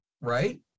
Right